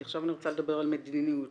כי עכשיו אני רוצה לדבר על מדיניות